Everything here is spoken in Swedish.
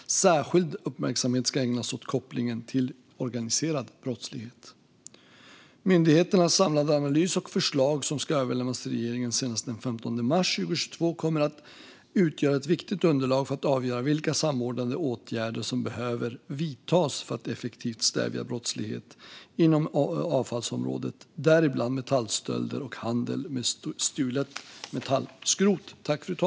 Särskild uppmärksamhet ska ägnas åt kopplingen till organiserad brottlighet. Myndigheternas samlade analys och förslag, som ska överlämnas till regeringen senast den 15 mars 2022, kommer att utgöra ett viktigt underlag för att avgöra vilka samordnade åtgärder som behöver vidtas för att effektivt stävja brottslighet inom avfallsområdet, däribland metallstölder och handel med stulet metallskrot.